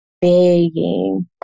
begging